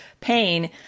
pain